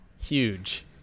huge